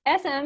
SM